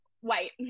white